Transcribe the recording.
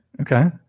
Okay